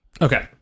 Okay